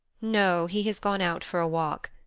no, he has gone out for a walk.